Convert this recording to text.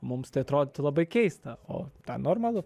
mums tai atrodytų labai keista o ten normalu